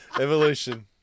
Evolution